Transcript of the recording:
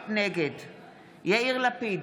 נגד יאיר לפיד,